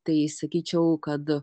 tai sakyčiau kad